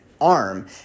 arm